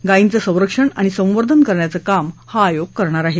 गायींचं संरक्षण आणि संवर्धन करण्याचं काम हा आयोग करणार आहे